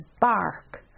bark